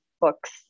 books